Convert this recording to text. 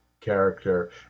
character